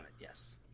yes